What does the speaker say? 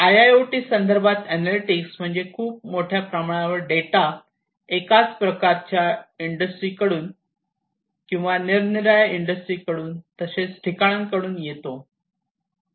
IIoT संदर्भात analytics म्हणजे खूप मोठ्या प्रमाणावर डेटा एकाच प्रकारच्या इंडस्ट्री कडून किंवा निरनिराळ्या इंडस्ट्री कडून तसेच ठिकाणांहून येतो